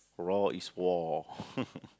raw is war